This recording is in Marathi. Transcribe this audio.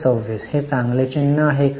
26 हे चांगले चिन्ह आहे का